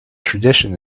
tradition